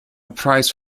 prize